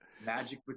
Magic